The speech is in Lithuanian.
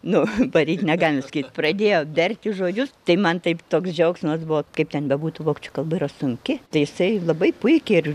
nu varyt negalim sakyt pradėjo berti žodžius tai man taip toks džiaugsmas buvo kaip ten bebūtų vokiečių kalba yra sunki tai isai labai puikiai ir